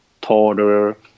taller